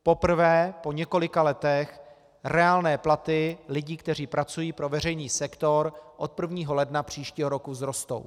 Poprvé po několika letech reálné platy lidí, kteří pracují pro veřejný sektor, od 1. ledna příštího roku vzrostou.